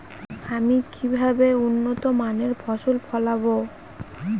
আমি কিভাবে উন্নত মানের ফসল ফলাব?